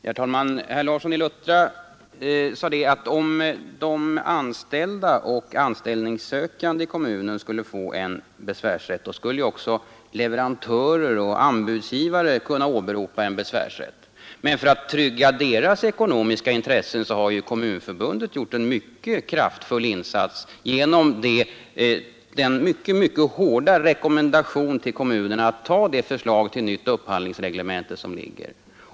Herr talman! Herr Larsson i Luttra sade att om de kommunalt anställda och de som söker anställning i kommunen får besvärsrätt, så skulle också leverantörer och anbudsgivare kunna åberopa sådan besvärsrätt. Men för att trygga deras ekonomiska intressen har ju Kommunförbundet gjort en kraftfull insats genom sin mycket hårda rekommendation till kommunerna att anta det förslag till nytt upphandlingsreglemen te som nu föreligger.